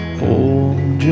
hold